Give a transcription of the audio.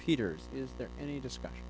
peters is there any discussion